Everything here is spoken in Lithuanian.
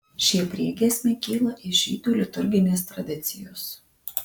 šie priegiesmiai kyla iš žydų liturginės tradicijos